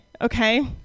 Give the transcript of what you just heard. okay